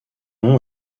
nom